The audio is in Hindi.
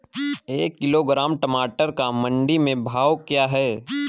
एक किलोग्राम टमाटर का मंडी में भाव क्या है?